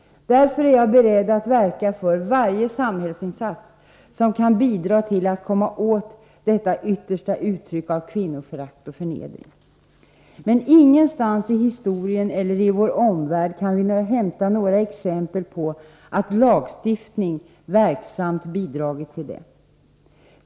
Därför är jag beredd att verka för varje samhällsinsats som kan bidra till att komma åt detta yttersta uttryck för kvinnoförakt och förnedring. Ingenstans i historien eller i vår omvärld kan vi dock hämta några exempel på att lagstiftning verksamt bidragit till detta.